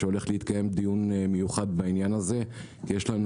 שהולך להתקיים דיון מיוחד בנושא כי יש לנו